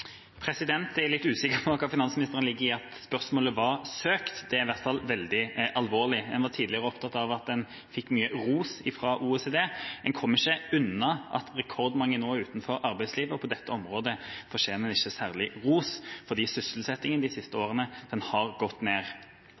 Jeg er litt usikker på hva finansministeren legger i at spørsmålet var søkt, det er i hvert fall veldig alvorlig. Man var tidligere opptatt av at man fikk mye ros fra OECD. Man kommer ikke unna at rekordmange nå er utenfor arbeidslivet, og på dette området fortjener man ikke særlig ros, for sysselsettingen de siste årene har gått ned.